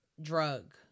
Drug